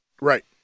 Right